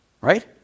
right